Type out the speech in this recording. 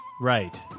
Right